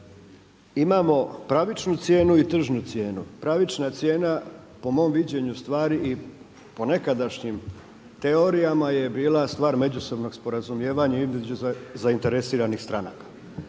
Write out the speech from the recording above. imamo pravičnu cijenu i tržnu cijenu. Pravična cijena po mom viđenju stvari i po nekadašnjim teorijama je bila stvar međusobnog sporazumijevanja između zainteresiranih stranaka.